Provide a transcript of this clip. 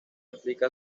aplica